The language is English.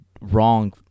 wrong